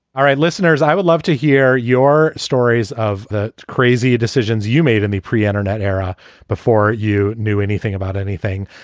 all right, listeners, i would love to hear your stories of the crazy decisions you made in the pre-internet era before you knew anything about anything.